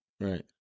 Right